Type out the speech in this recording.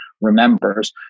remembers